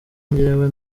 njyewe